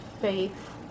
faith